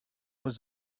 was